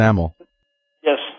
Yes